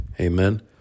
Amen